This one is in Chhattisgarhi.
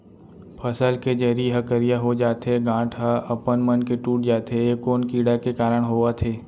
फसल के जरी ह करिया हो जाथे, गांठ ह अपनमन के टूट जाथे ए कोन कीड़ा के कारण होवत हे?